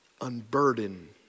unburden